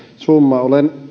summa olen